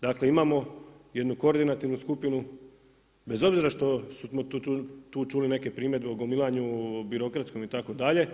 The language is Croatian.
Dakle imamo jednu koordinativnu skupinu bez obzira što smo tu čuli neke primjedbe o gomilanju, birokratskom itd.